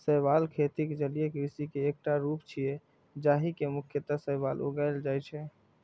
शैवालक खेती जलीय कृषि के एकटा रूप छियै, जाहि मे मुख्यतः शैवाल उगाएल जाइ छै